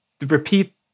repeat